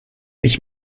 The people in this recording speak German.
ich